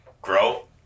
grow